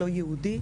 לא יהודי.